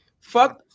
fuck